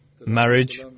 marriage